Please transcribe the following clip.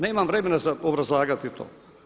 Nemam vremena za obrazlagati to.